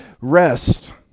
rest